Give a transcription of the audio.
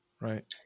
Right